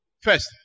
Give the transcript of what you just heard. First